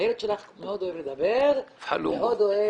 הילד שלך מאוד אוהב לדבר, מאוד אוהב